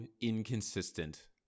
inconsistent